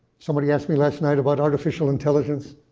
somebody asked me last night about artificial intelligence,